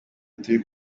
turi